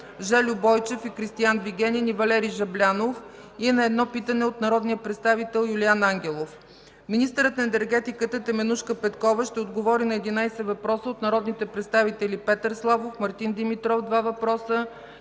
Жельо Бойчев и Кристиан Вигенин, и Валери Жаблянов, и на едно питане от народния представител Юлиан Ангелов. Министърът на енергетиката Теменужка Петкова ще отговори на 11 въпроса от народните представители Петър Славов, Мартин Димитров – два въпроса,